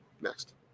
Next